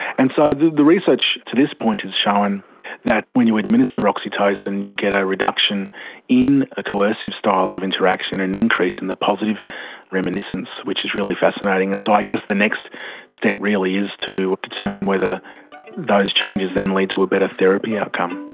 and so the the research to this point has shown that when you administer oxytocin you get a reduction in the ah coercive styles of interaction and an increase in the positive reminiscence, which is really fascinating. and so i guess the next step really is to determine whether those changes then lead to a better therapy outcome.